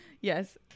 yes